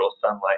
sunlight